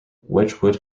wedgwood